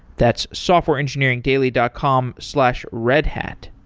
that's softwareengineeringdaily dot com slash redhat.